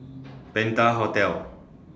Penta Hotel